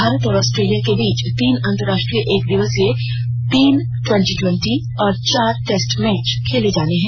भारत और आस्ट्रेलिया के बीच तीन अंतर्राष्ट्रीय एकदिवसीय तीन ट्वेंटी ट्वेंटी और चार टेस्ट मैच खेले जाने हैं